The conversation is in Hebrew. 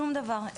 שום דבר.